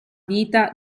vita